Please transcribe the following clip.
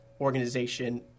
organization